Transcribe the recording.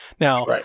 Now